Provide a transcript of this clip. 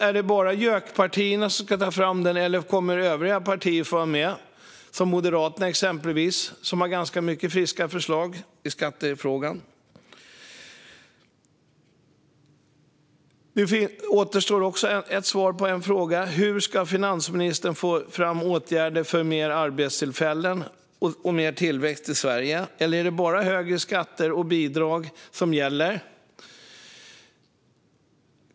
Är det bara JÖK-partierna som ska ta fram den, eller kommer övriga partier att få vara med, exempelvis Moderaterna som har ganska många friska förslag i skattefrågan? Det återstår också ett svar på frågan: Hur ska finansministern få fram åtgärder för fler arbetstillfällen och mer tillväxt i Sverige, eller är det bara högre skatter och bidrag som gäller?